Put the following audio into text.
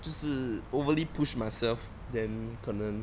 就是 overly push myself then 可能